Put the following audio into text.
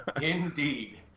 Indeed